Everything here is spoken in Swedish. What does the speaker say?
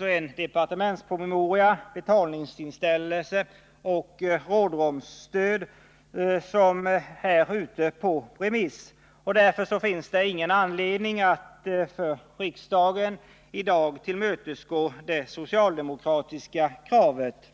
en departementspromemoria — Betalningsinställelse och rådrumsstöd — som är ute på remiss. Därför finns det ingen anledning för riksdagen att i dag tillmötesgå det socialdemokratiska kravet.